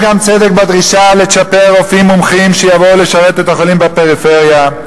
יש גם צדק בדרישה לצ'פר רופאים מומחים שיבואו לשרת את החולים בפריפריה,